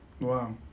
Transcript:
wow